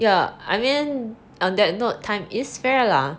yeah I mean on that note time is fair lah